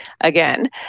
again